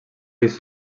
disc